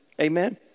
Amen